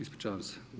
Ispričavam se.